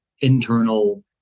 internal